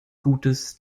gutes